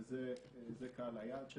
זה קהל היעד,